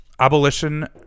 Abolition